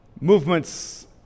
Movements